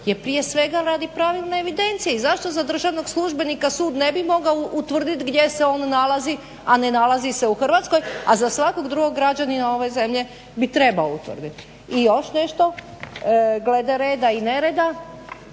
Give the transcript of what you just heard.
je prije svega radi pravilne evidencije. I zašto za državnog službenika sud ne bi mogao utvrditi gdje se on nalazi, a ne nalazi se u Hrvatskoj, a za svakog drugog građanina ove zemlje bi trebao utvrditi. I još nešto glede reda i nereda